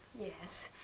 yes.